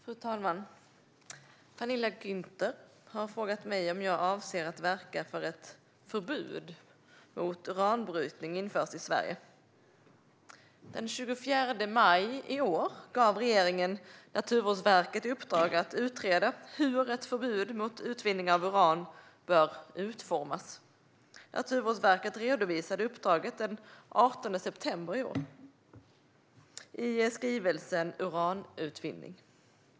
Fru talman! Penilla Gunther har frågat mig om jag avser att verka för att ett förbud mot uranbrytning införs i Sverige. Den 24 maj i år gav regeringen Naturvårdsverket i uppdrag att utreda hur ett förbud mot utvinning av uran bör utformas. Naturvårdsverket redovisade uppdraget den 18 september i skrivelsen Uranutvinning .